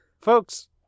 Folks